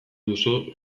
duzu